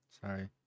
Sorry